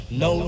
no